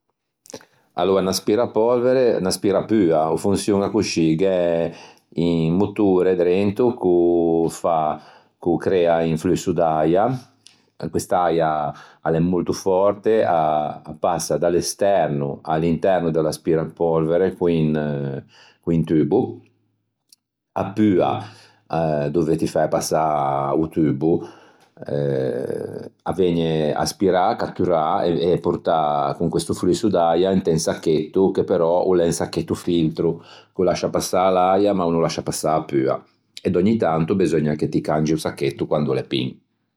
Aloa, un aspirapolvere, un aspirapua o fonçioña coscì: gh'é un motore drento ch'o fa, ch'o crea un flusso d'äia, quest'äia a l'é molto fòrte a passa da l'esterno à l'interno dell'aspirapolvere con un con un tubbo, a pua dove ti fæ passâ o tubbo a vëgne aspirâ, catturâ e portâ con questo flusso d'äia inte un sacchetto che però o l'é un sacchetto filtro ch'o lascia passâ l'äia ma o no lascia passâ a pua e d'ògni tanto beseugna che ti cangi o sacchetto quande o l'é pin.